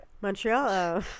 Montreal